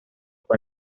con